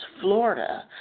florida